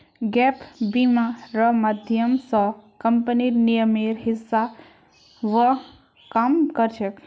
gap बीमा र माध्यम स कम्पनीर नियमेर हिसा ब काम कर छेक